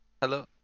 Hello